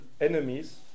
enemies